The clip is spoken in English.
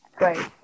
Right